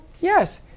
Yes